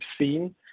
seen